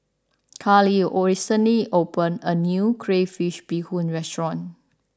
Carly all recently opened a new Crayfish Beehoon Restaurant